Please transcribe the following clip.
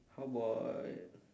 how about